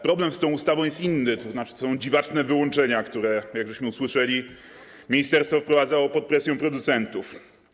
Problem z tą ustawą jest inny, tzn. są to dziwaczne wyłączenia, które - jak usłyszeliśmy - ministerstwo wprowadzało pod presją producentów.